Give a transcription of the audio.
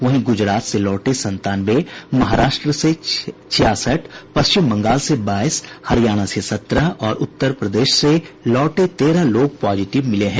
वहीं गुजरात से लौटे संतानवे महाराष्ट्र से छियासठ पश्चिम बंगाल से बाईस हरियाणा से सत्रह और उत्तर प्रदेश से लौटे तेरह लोग पॉजिटिव मिले हैं